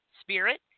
spirit